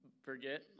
forget